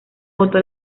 votó